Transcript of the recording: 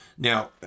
Now